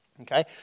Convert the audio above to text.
Okay